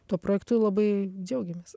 tuo projektu labai džiaugiamės